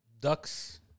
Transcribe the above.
ducks